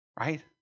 right